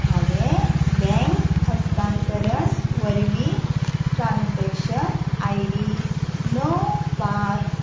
हांवें बँक हस्तांतरण वरवीं ट्रान्जॅक्शन आय डी णव पांच